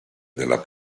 della